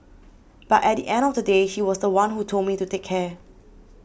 but at the end of the day he was the one who told me to take care